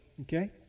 Okay